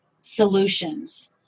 solutions